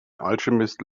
alchemist